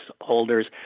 holders